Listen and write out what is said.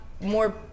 more